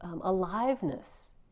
aliveness